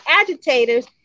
agitators